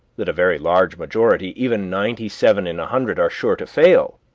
that a very large majority, even ninety-seven in a hundred, are sure to fail,